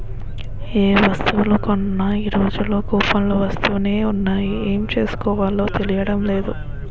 ఏ వస్తువులు కొన్నా ఈ రోజుల్లో కూపన్లు వస్తునే ఉన్నాయి ఏం చేసుకోవాలో తెలియడం లేదు